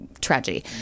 tragedy